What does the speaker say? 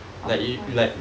of course